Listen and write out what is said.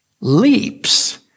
leaps